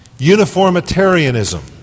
Uniformitarianism